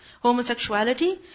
homosexuality